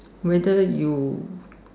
whether you